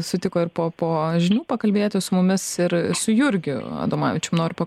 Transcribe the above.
sutiko ir po po žinių pakalbėti su mumis ir su jurgiu adomavičium noriu pa